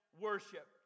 worship